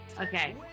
Okay